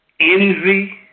envy